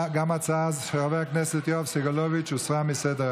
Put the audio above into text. גם ההצעה של חבר הכנסת יואב סגלוביץ' הוסרה מסדר-היום.